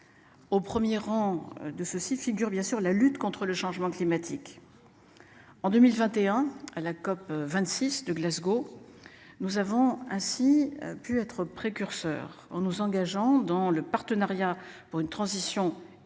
Au 1er rang de ceux-ci figurent bien sur la lutte contre le changement climatique. En 2021, à la COP 26 de Glasgow. Nous avons ainsi pu être précurseur en nous engageant dans le partenariat pour une transition énergétique